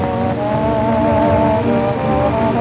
oh